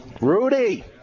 Rudy